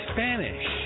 Spanish